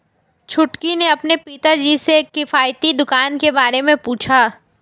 छुटकी ने अपने पिताजी से किफायती दुकान के बारे में पूछा